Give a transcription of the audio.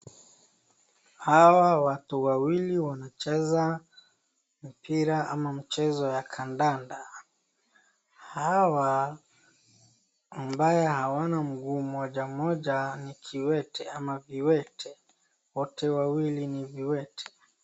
Hawa watu wawili wanacheza mpira ama mchezo ya kandanda. Hawa ambaye hawana mguu moja moja ni kiwete ama viwete. Wote wawili ni viwete.